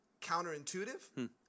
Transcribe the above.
counterintuitive